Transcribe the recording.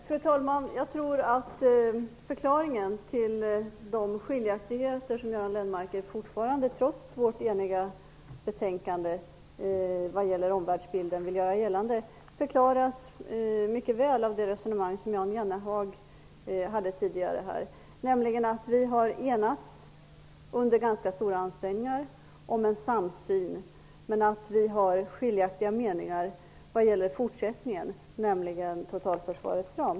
Fru talman! Jag tror att förklaringen till de skiljaktigheter som Göran Lennmarker fortfarande vill göra gällande, trots vårt eniga betänkande vad gäller omvärldsbilden, förklaras mycket väl av det resonemang som Jan Jennehag förde tidigare. Vi har under ganska stora ansträngningar enats om en samsyn, men vi har skiljaktiga meningar vad gäller fortsättningen, nämligen totalförsvarets ram.